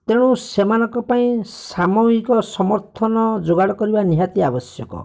ତେଣୁ ସେମାନଙ୍କ ପାଇଁ ସାମହିକ ସମର୍ଥନ ଯୋଗାଡ଼ କରିବା ନିହାତି ଆବଶ୍ୟକ